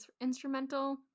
instrumental